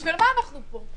בשביל מה אנחנו פה?